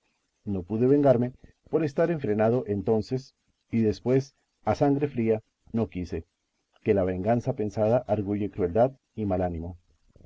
no pude vengarme por estar enfrenado entonces y después a sangre fría no quise que la venganza pensada arguye crueldad y mal ánimo